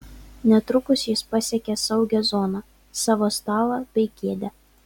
netrukus jis pasiekė saugią zoną savo stalą bei kėdę